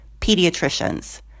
pediatricians